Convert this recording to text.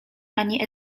ani